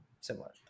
similar